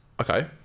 okay